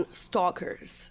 stalkers